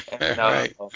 Right